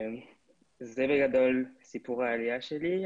זה בגדול סיפור העלייה שלי.